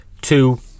two